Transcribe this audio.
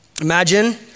imagine